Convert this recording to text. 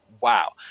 Wow